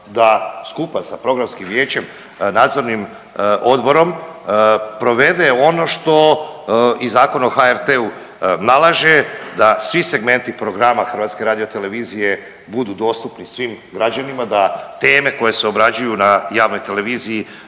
da skupa sa Programskim vijećem, Nadzornim odborom provede ono što i Zakon o HRT-u nalaže da svi segmenti programa HRT-a budu dostupni svim građanima, da teme koje se obrađuju na javnoj televiziji